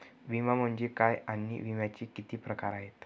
विमा म्हणजे काय आणि विम्याचे किती प्रकार आहेत?